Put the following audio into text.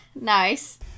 Nice